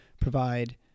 provide